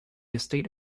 estate